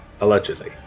Allegedly